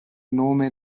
nome